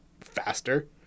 faster